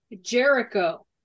Jericho